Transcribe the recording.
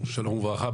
שלום וברכה.